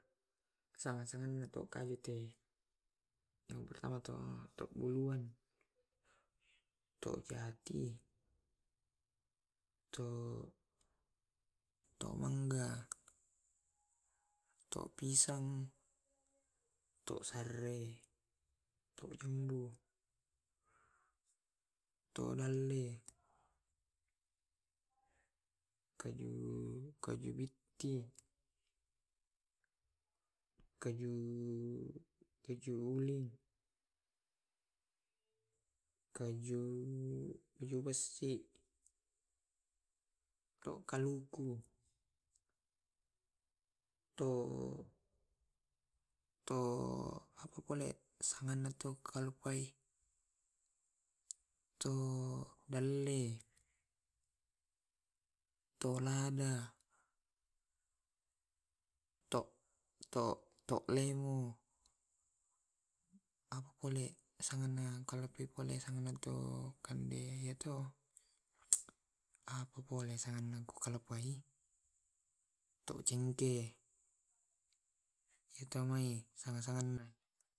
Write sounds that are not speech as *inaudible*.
Sanga sangana tu *unintelligible* yang pertama to to buluang, to jati, to tomangga, to pisang, to sarre, to jambu, to dalle, kaju kaju bitti, kaju kaju ulin, kaju bessi, to kaluku, to to apa pale sangenna tu kulupai tu dalle, to lada, to to to lemo, apalle sanganna *unintelligible* sanganna ntu kande *hesitation* *noise* apa bole sanganna ku *unintelligible* to cengke, atau ya to mai sanga sanganna.